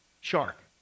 Shark